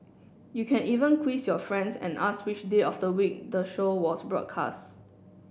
you can even quiz your friends and ask which day of the week the show was broadcast